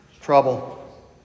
trouble